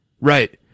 Right